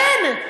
אין.